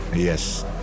Yes